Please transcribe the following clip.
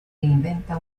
inventa